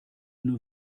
nur